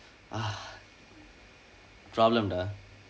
ah problem dah